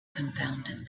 confounded